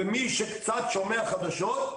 ומי שקצת שומע חדשות,